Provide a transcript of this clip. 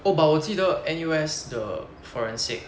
oh but 我记得 N_U_S 的 forensic